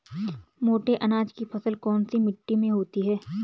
मोटे अनाज की फसल कौन सी मिट्टी में होती है?